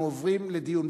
אנחנו עוברים לדיון,